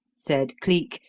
said cleek,